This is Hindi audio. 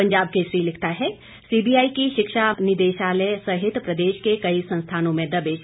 पंजाब केसरी लिखता हैं सीबीआई की शिक्षा निदेशालय सहित प्रदेश के कई संस्थानों में दबिश